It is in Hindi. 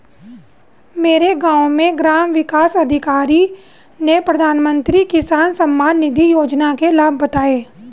मेरे गांव में ग्राम विकास अधिकारी ने प्रधानमंत्री किसान सम्मान निधि योजना के लाभ बताएं